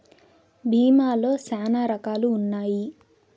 భీమా లో శ్యానా రకాలు ఉన్నాయి